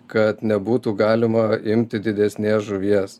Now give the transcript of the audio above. kad nebūtų galima imti didesnės žuvies